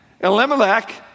Elimelech